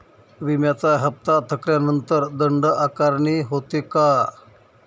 विम्याचा हफ्ता थकल्यानंतर दंड आकारणी होते का?